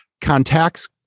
contacts